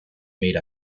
made